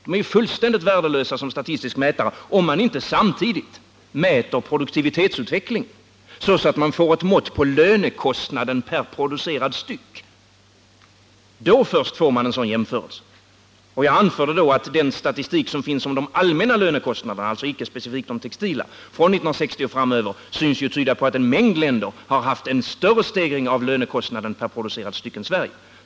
De är fullständigt värdelösa som statistiska mätare, om man inte samtidigt registrerar produktionsutvecklingen, så att man får ett mått på lönekostnaden per producerad varuenhet. Då först får man en adekvat jämförelse. Jag anförde tidigare att den existerande statistiken över de allmänna lönekostnaderna, alltså icke specifikt de textila lönekostnaderna, från 1970 och framöver synes tyda på att en mängd länder har haft en större stegring per producerad varuenhet än Sverige.